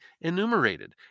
enumerated